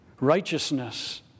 righteousness